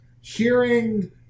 Hearing